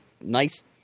nice